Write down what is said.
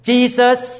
Jesus